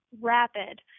rapid